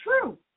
true